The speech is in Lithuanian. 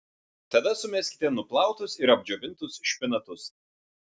tada sumeskite nuplautus ir apdžiovintus špinatus